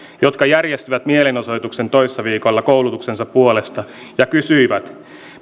jotka järjestivät mielenosoituksen toissa viikolla koulutuksensa puolesta ja kysyivät